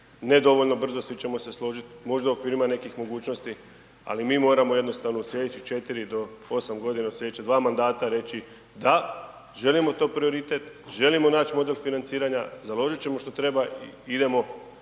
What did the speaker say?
nedovoljno brzo svi ćemo se složiti, možda u okvirima nekih mogućnosti, ali mi moramo jednostavno u slijedeće 4 do 8 godina, u slijedeća 2 mandata reći da, želimo to prioritet, želimo naći model financiranja, založit ćemo što treba, idemo